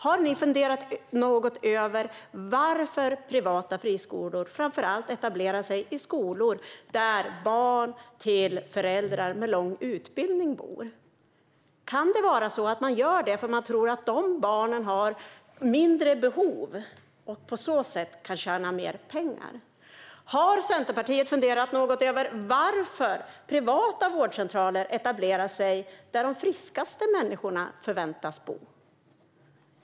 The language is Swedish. Har ni funderat något över varför privata friskolor framför allt etablerar sig där barn med föräldrar med lång utbildning bor? Kan det vara så att man gör detta därför att man tror att dessa barn har mindre behov och att man på så sätt kan tjäna mer pengar? Har Centerpartiet funderat något över varför privata vårdcentraler etablerar sig där de friskaste människorna förväntas bo?